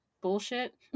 bullshit